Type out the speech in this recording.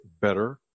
better